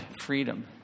freedom